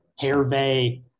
Hervé